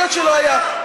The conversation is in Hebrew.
יכול להיות שלא היה.